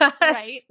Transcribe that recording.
Right